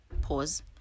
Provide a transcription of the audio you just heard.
pause